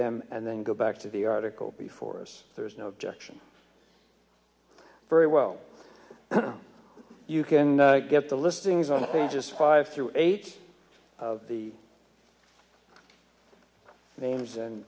them and then go back to the article before us there's no objection very well you can get the listings on just five through eight of the names and